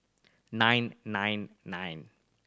nine nine nine